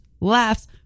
laughs